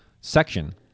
section